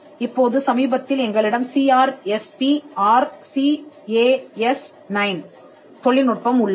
இப்போது சமீபத்தில் எங்களிடம் C R S P R CAS nine தொழில்நுட்பம் உள்ளது